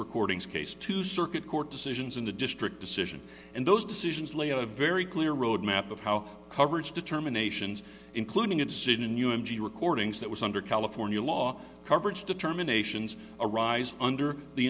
recordings case two circuit court decisions in a district decision and those decisions lay out a very clear roadmap of how coverage determinations including in sydney new recordings that was under california law coverage determinations arise under the